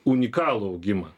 unikalų augimą